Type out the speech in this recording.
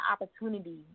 opportunity